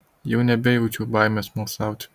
jau nebejaučiau baimės smalsauti